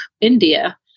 India